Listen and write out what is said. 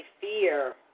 fear